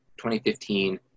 2015